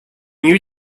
you